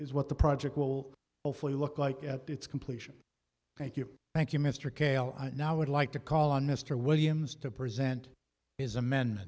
is what the project will hopefully look like at its completion thank you thank you mr calle i now would like to call on mr williams to present his amen